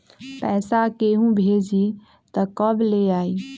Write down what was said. पैसा केहु भेजी त कब ले आई?